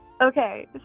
okay